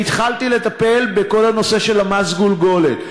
והתחלתי לטפל בכל הנושא של מס הגולגולת.